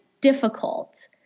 difficult